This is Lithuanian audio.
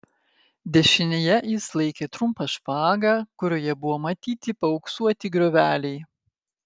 dešinėje jis laikė trumpą špagą kurioje buvo matyti paauksuoti grioveliai